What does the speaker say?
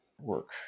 work